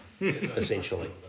essentially